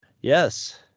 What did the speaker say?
Yes